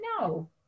No